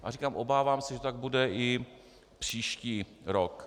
A říkám, obávám se, že to tak bude i příští rok.